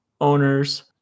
owners